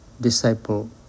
disciple